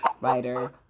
writer